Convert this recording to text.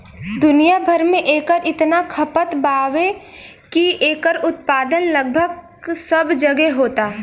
दुनिया भर में एकर इतना खपत बावे की एकर उत्पादन लगभग सब जगहे होता